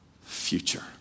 future